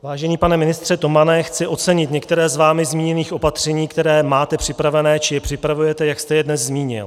Vážený pane ministře Tomane, chci ocenit některá z vámi zmíněných opatření, která máte připravená či je připravujete, jak jste je dnes zmínil.